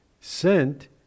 sent